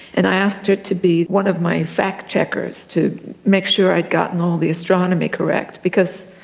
and i asked her to be one of my fact-checkers, to make sure i'd gotten all the astronomy correct. because,